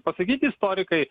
pasakyti istorikai